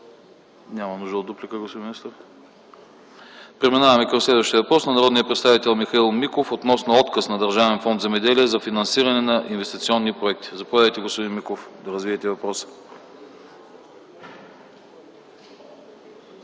няма нужда от дуплика. Преминаваме към въпроса на народния представител Михаил Миков относно отказ на Държавен фонд „Земеделие” за финансиране на инвестиционни проекти. Заповядайте, господин Миков, да развиете въпроса.